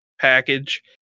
package